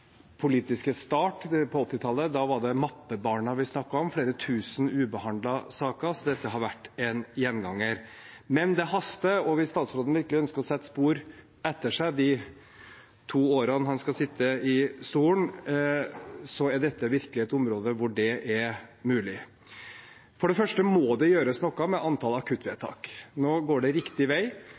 politiske start på 1980-tallet, da var det «mappebarna» vi snakket om, flere tusen ubehandlede saker, så dette har vært en gjenganger. Men det haster, og hvis statsråden virkelig ønsker å sette spor etter seg de to årene han skal sitte i stolen, er dette virkelig et område hvor det er mulig. For det første må det gjøres noe med antallet akuttvedtak. Nå går det riktig vei.